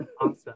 Awesome